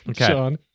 Okay